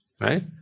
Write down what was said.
Right